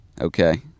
okay